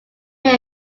here